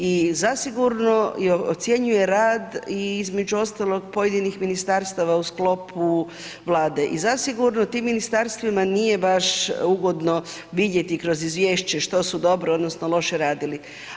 I zasigurno ocjenjuje rad i između ostalog i pojedinih ministarstava u sklopu Vladi i zasigurno tim ministarstvima nije baš ugodno vidjeti kroz izvješće što su dobro odnosno loše radili.